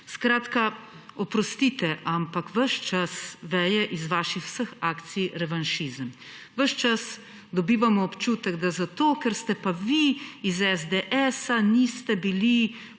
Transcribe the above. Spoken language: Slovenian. Skratka, oprostite, ampak ves čas veje iz vaših vseh akcij revanšizem. Ves čas dobivamo občutek, da zato ker ste pa vi iz SDS, niste bili